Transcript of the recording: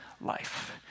life